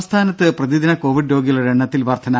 രും സംസ്ഥാനത്ത് പ്രതിദിന കോവിഡ് രോഗികളുടെ എണ്ണത്തിൽ വർദ്ധന